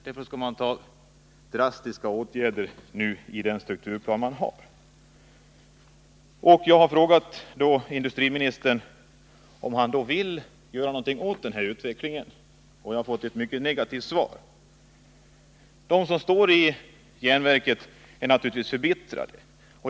Därför skall man vidta drastiska åtgärder med den strukturplan man har. Jag har då frågat industriministern om han vill göra någonting åt den här. Nr 57 utvecklingen, och jag har fått ett mycket negativt svar. De som arbetar i Tisdagen den järnverket är förbittrade.